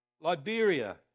Liberia